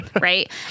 right